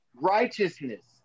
righteousness